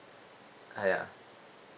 ah ya